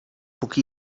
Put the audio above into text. póki